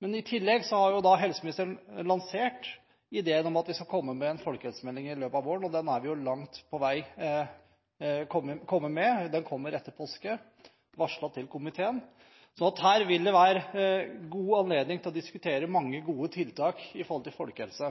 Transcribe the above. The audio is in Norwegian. Men i tillegg har helseministeren lansert ideen om at vi skal komme med en folkehelsemelding i løpet av våren. Den har man langt på vei kommet med – den kommer etter påske, det er varslet til komiteen. Her vil det være god anledning til å diskutere mange gode tiltak når det gjelder folkehelse.